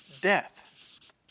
death